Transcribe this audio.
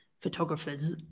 photographers